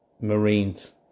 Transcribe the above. Marines